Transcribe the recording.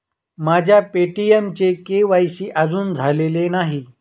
माझ्या पे.टी.एमचे के.वाय.सी अजून झालेले नाही